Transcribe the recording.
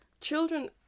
children